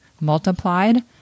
multiplied